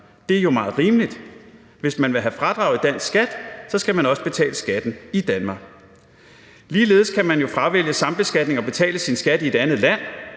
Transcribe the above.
Det er jo meget rimeligt. Hvis man vil have fradrag i dansk skat, skal man også betale skatten i Danmark. Ligeledes kan man jo fravælge sambeskatning og betale sin skat i et andet land,